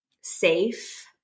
safe